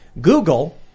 Google